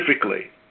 specifically